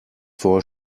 vor